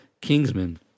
Kingsman